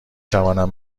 توانم